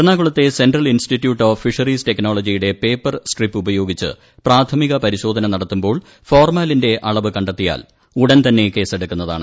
എറണാകുളത്തെ central institute of fisheries ടെക്നോളജിയുടെ paper strip ഉയോഗിച്ച് പ്രാഥമിക പരിശോധന നടത്തുമ്പോൾ ഫോർമാലിന്റെ അളവ് കണ്ടെത്തിയാൽ ഉടൻ തന്നെ കേസെടുക്കുന്നതാണ്